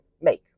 make